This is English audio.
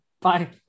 bye